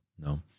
No